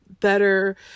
better